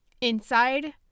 inside